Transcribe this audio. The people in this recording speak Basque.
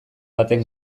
baten